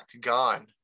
gone